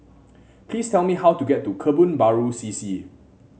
please tell me how to get to Kebun Baru C C